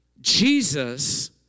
Jesus